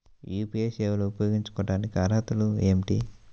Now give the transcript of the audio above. UPI సేవలు ఉపయోగించుకోటానికి అర్హతలు ఏమిటీ?